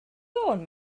fôn